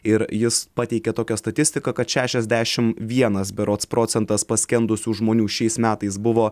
ir jis pateikė tokią statistiką kad šešiasdešimt vienas berods procentas paskendusių žmonių šiais metais buvo